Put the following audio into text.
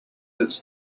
its